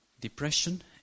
Depression